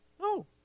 No